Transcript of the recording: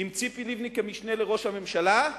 עם ציפי לבני כמשנה לראש הממשלה,